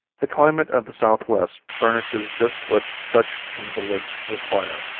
the climate of the southwest furnishes just what such invalids require.